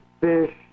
fish